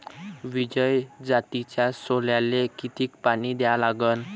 विजय जातीच्या सोल्याले किती पानी द्या लागन?